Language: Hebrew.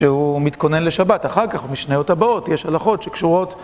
שהוא מתכונן לשבת, אחר כך משניות הבאות, יש הלכות שקשורות.